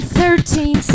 thirteen